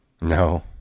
No